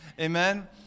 Amen